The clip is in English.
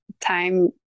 time